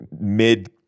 mid